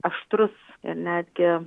aštrus ir netgi